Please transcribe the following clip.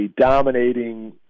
dominating